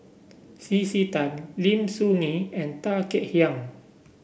C C Tan Lim Soo Ngee and Tan Kek Hiang